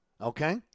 okay